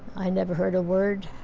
i never heard a word,